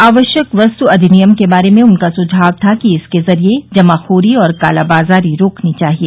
आवश्यक वस्त् अधिनियम के बारे में उनका सुझाव था कि इसके जरिए जमाखोरी और कालाबाजारी रोकी जानी चाहिए